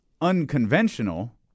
unconventional